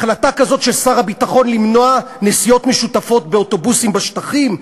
החלטה כזאת של שר הביטחון למנוע נסיעות משותפות באוטובוסים בשטחים,